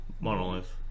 Monolith